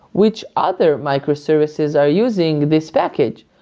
which other microservices are using this package?